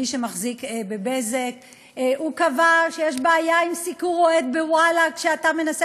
מי שמחזיק ב"בזק"; הוא קבע שיש בעיה עם סיקור אוהד ב"וואלה" כשאתה מנסה